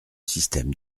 système